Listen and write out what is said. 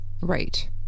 Right